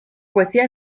poesía